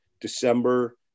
December